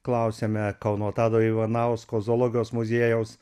klausiame kauno tado ivanausko zoologijos muziejaus